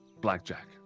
blackjack